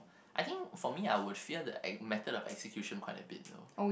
I think for me I would fear the act~ method of execution quite a bit though